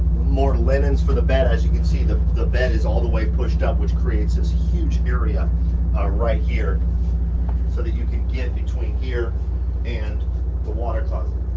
more linens for the bed. as you can see, the the bed is all the way pushed up, which creates this huge area right here so that you can get between here and the water closet.